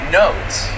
notes